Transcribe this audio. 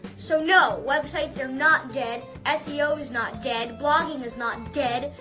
so no websites are not dead. ah seo is not dead. blogging is not dead.